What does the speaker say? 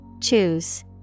Choose